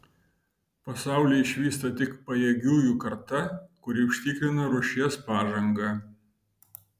pasaulį išvysta tik pajėgiųjų karta kuri užtikrina rūšies pažangą